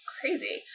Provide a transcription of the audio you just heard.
crazy